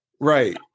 Right